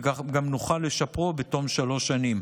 וכך גם נוכל לשפרו בתום שלוש שנים.